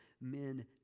men